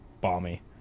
balmy